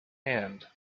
hand